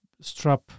strap